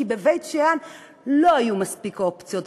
כי בבית-שאן לא היו מספיק אופציות,